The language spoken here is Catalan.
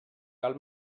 cal